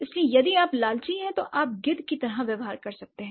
इसलिए यदि आप लालची हैं तो आप गिद्ध की तरह व्यवहार कर सकते हैं